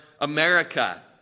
America